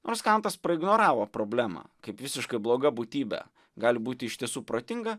nors kantas praignoravo problemą kaip visiškai bloga būtybė gali būti iš tiesų protinga